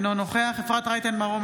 אינו נוכח אפרת רייטן מרום,